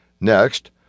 Next